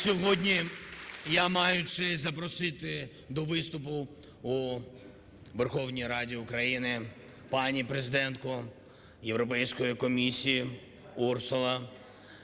сьогодні я маю честь запросити до виступу у Верховній Раді України пані президентку Європейської комісії. Урсула,